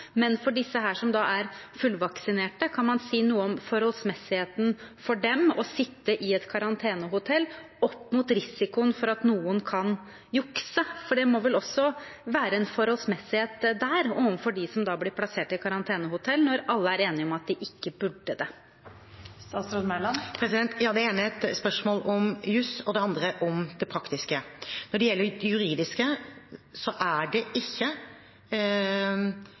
Men for dem som er fullvaksinerte, kan man si noe om forholdsmessigheten for dem av å sitte på et karantenehotell opp mot risikoen for at noen kan jukse? For det må vel også være en forholdsmessighet der overfor dem som blir plassert på karantenehotell, når alle er enige om at de ikke burde det. Det ene er et spørsmål om juss og det andre om det praktiske. Når det gjelder det juridiske, er det ikke